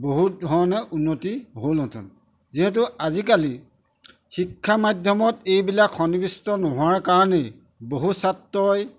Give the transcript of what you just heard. বহুত ধৰণে উন্নতি হ'লহেঁতেন যিহেতু আজিকালি শিক্ষা মাধ্যমত এইবিলাক সন্নিৱিষ্ট নোহোৱাৰ কাৰণেই বহু ছাত্ৰই